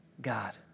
God